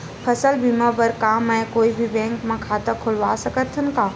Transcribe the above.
फसल बीमा बर का मैं कोई भी बैंक म खाता खोलवा सकथन का?